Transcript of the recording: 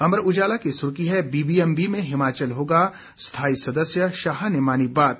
अमर उजाला की सुर्खी है बीबीएमबी में हिमाचल होगा स्थायी सदस्य शाह ने मानी बात